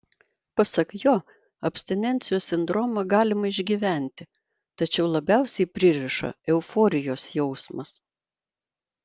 pasak jo abstinencijos sindromą galima išgyventi tačiau labiausiai pririša euforijos jausmas